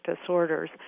disorders